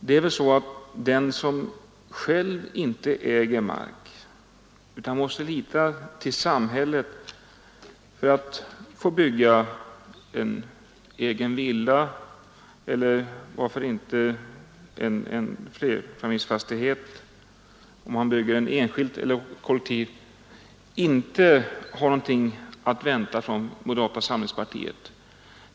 Den som själv inte äger mark utan måste lita till samhället för att få bygga en egen villa eller, varför inte, en flerfamiljsfastighet, enskilt eller kollektivt, har inte någonting att vänta från moderata samlingspartiet.